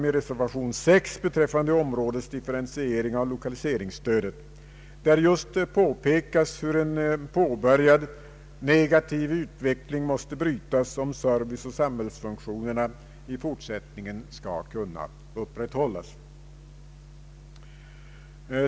I reservation 6 beträffande områdesdifferentiering av =: lokaliseringsstödet påpekas hur en påbörjad negativ utveckling måste brytas om serviceoch samhällsfunktionerna i fortsättningen skall kunna upprätthållas.